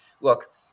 Look